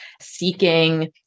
seeking